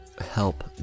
help